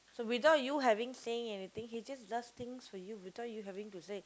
so without you having saying anything he just does things for you without you having to say